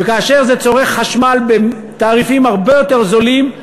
וכאשר זה צורך חשמל בתעריפים הרבה יותר זולים,